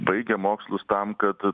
baigia mokslus tam kad